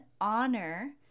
honor